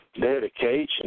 dedication